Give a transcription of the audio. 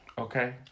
okay